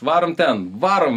varom ten varom